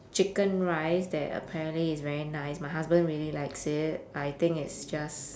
chicken rice that apparently is very nice my husband really likes it but I think it's just